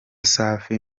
safi